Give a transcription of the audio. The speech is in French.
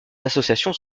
associations